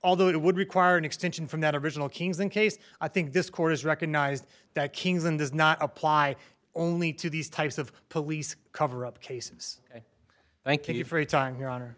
although it would require an extension from that original kings in case i think this court has recognized that kings and does not apply only to these types of police coverup cases thank you for a time your honor